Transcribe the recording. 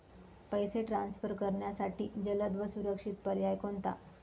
पैसे ट्रान्सफर करण्यासाठी जलद व सुरक्षित पर्याय कोणता?